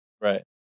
Right